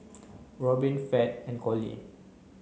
Robbin Fed and Collie